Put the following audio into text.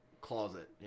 closet